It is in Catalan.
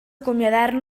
acomiadar